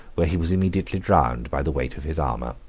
where he was immediately drowned by the weight of his armor.